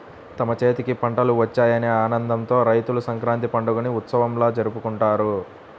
తమ చేతికి పంటలు వచ్చాయనే ఆనందంతో రైతులు సంక్రాంతి పండుగని ఉత్సవంలా జరుపుకుంటారు